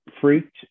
freaked